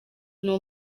nibo